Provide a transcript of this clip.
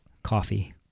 Coffee